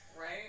right